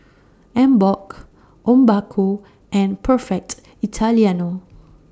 Emborg Obaku and Perfect Italiano